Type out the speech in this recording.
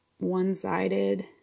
one-sided